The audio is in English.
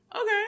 okay